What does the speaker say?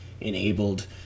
enabled